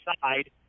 side